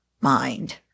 mind